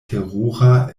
terura